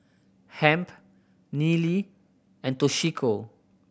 Hamp Neely and Toshiko